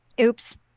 oops